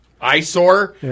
Eyesore